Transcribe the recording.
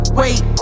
wait